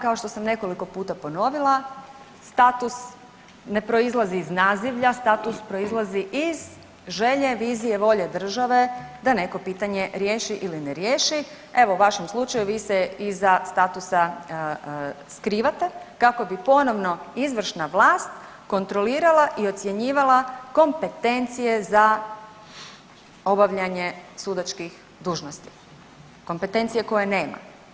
Kao što sam nekoliko puta ponovila, status ne proizlazi iz nazivlja, status proizlazi iz želje, vizije i volje države da neko pitanje riješi ili ne riješi, evo u vašem slučaju vi se iza statusa skrivate kako bi ponovno izvršna vlast kontrolirala i ocjenjivala kompetencije za obavljanje sudačkih dužnosti, kompetencije koje nema.